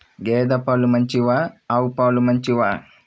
గేద పాలు మంచివా ఆవు పాలు మంచివా?